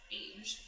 age